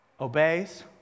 Obeys